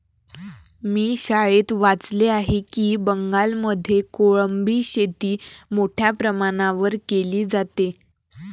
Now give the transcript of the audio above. मी शाळेत वाचले आहे की बंगालमध्ये कोळंबी शेती मोठ्या प्रमाणावर केली जाते